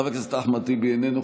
חבר הכנסת חמד עמאר,